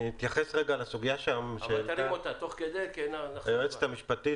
אני אתייחס רגע לסוגיה שהעלתה היועצת המשפטית,